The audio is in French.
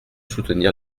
soutenir